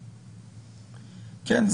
כן.